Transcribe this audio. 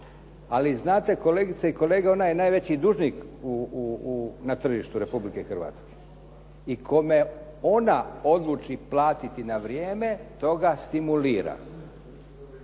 Ali znate, kolegice i kolege, ona je i najveći dužnik na tržištu Republike Hrvatske. I kome ona odluči platiti na vrijeme, toga stimulira.